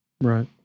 Right